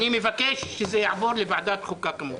אני מבקש שזה יעבור לוועדת החוקה, כמובן.